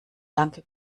danke